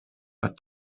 but